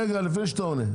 רגע לפני שאתה עונה,